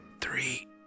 Three